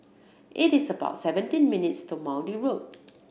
it is about seventeen minutes' to Maude Road